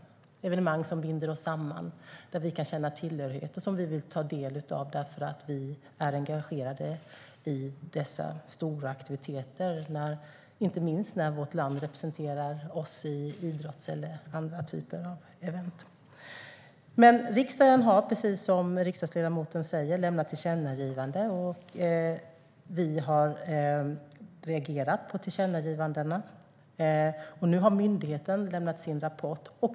Det är evenemang som binder oss samman, som får oss att känna tillhörighet och som vi vill ta del av för att vi är engasgerade i dessa stora aktiviteter, inte minst när vårt land är representerat i idrottstävlingar eller andra typer av event. Riksdagen har, precis som riksdagsledamoten säger, gjort ett tillkännagivande. Vi har reagerat på tillkännagivandena, och nu har myndigheten lämnat sin rapport.